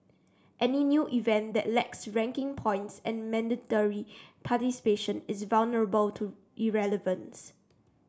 any new event that lacks ranking points and mandatory participation is vulnerable to irrelevance